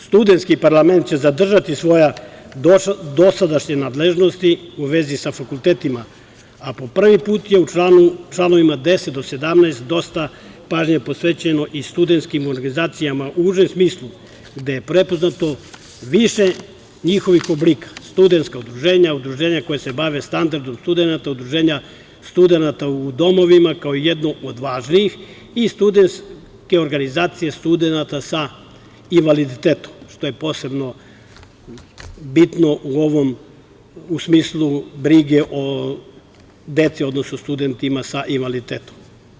Studentski parlament će zadržati svoje dosadašnje nadležnosti u vezi sa fakultetima, a po prvi put je u čl. 10. do 17. dosta pažnje posvećeno i studentskim organizacijama u užem smislu, gde je prepoznato više njihovih oblika: studentska udruženja, udruženja koja se bave standardom studenata, udruženja studenata u domovima, kao jedno od važnijih, i studentske organizacije studenata sa invaliditetom, što je posebno bitno u smislu brige o deci, odnosno studentima sa invaliditetom.